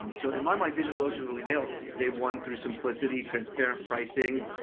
um so in my mind, digital ocean really nailed. they won through simplicity, transparent pricing,